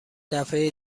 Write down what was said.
دفعه